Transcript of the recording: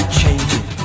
changing